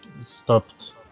stopped